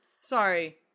sorry